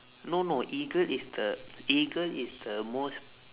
no no eagle is the eagle is the most